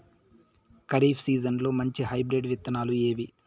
ఖరీఫ్ సీజన్లలో మంచి హైబ్రిడ్ విత్తనాలు ఏవి